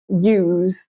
use